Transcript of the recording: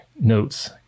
notes